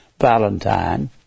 Valentine